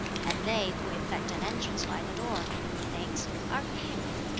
and they who effect an entrance by the door, methinks, are few!